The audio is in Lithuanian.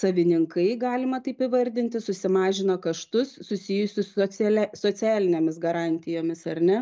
savininkai galima taip įvardinti susimažina kaštus susijusius su socialia socialinėmis garantijomis ar ne